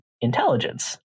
intelligence